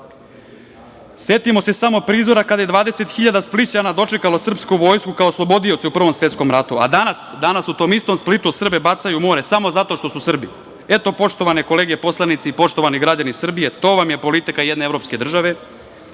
pismom. Setimo se samo prizora kada je 20.000 Splićana dočekalo srpsku vojsku kao oslobodioce u Prvom svetskom ratu, a danas? Danas u tom istom Splitu Srbe bacaju u more samo zato što su Srbi. Eto, poštovane kolege poslanici i poštovani građani Srbije, to vam je politika jedne evropske